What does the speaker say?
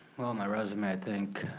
well, my resume, i think,